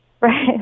Right